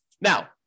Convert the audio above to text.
Now